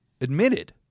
admitted